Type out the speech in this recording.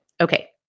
Okay